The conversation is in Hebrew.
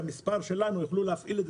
את המספר שלנו יוכלו להפעיל,